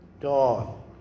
Dawn